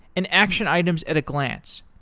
and action items at a glance.